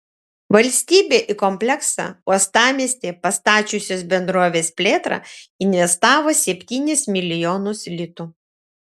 valstybė į kompleksą uostamiestyje pastačiusios bendrovės plėtrą investavo septynis milijonus litų